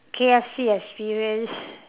K_F_C experience